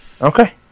Okay